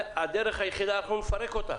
הדרך היחידה, שאנחנו נפרק אותם,